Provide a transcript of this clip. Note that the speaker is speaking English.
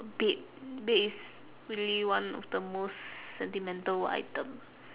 bed bed is really one of the most sentimental item